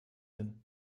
hin